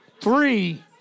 three